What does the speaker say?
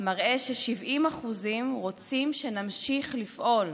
מראה ש-70% רוצים שנמשיך לפעול",